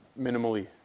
minimally